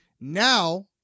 Now